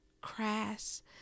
crass